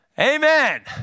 Amen